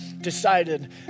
decided